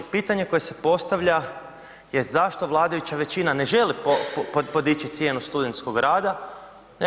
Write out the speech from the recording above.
Pitanje koje se postavlja jest zašto vladajuća većina ne želi podići cijenu studentskog rada?